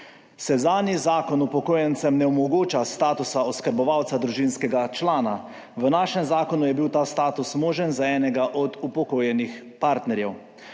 Sedanji zakon upokojencem ne omogoča statusa oskrbovalca družinskega člana v našem zakonu je bil ta status možen za enega od upokojenih partnerjev?